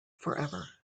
forever